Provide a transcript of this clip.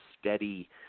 steady